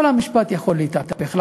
וכל המשפט יכול להתהפך.